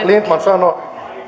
lindtman sanoi